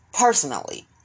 personally